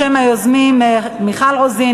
בשם היוזמים מיכל רוזין,